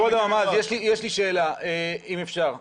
כבוד הממ"ז, יש לי שאלה אחת.